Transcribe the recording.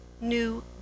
new